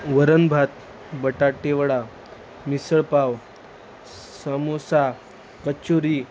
वरन भात बटाटे वडा मिसळपाव समोसा कचोरी